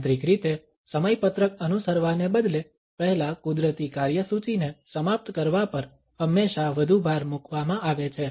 યાંત્રિક રીતે સમયપત્રક અનુસરવાને બદલે પહેલા કુદરતી કાર્યસૂચિને સમાપ્ત કરવા પર હંમેશા વધુ ભાર મૂકવામાં આવે છે